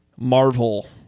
Marvel